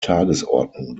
tagesordnung